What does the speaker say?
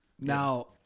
Now